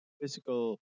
physical